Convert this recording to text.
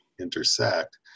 intersect